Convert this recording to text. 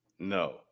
No